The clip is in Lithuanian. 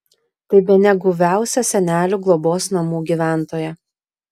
tai bene guviausia senelių globos namų gyventoja